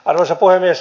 arvoisa puhemies